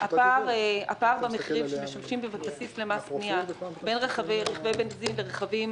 הפער במחירים שמשמשים כבסיס למס קנייה בין רכבי בנזין לרכבים